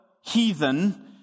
heathen